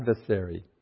adversary